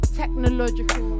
technological